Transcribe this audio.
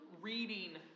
reading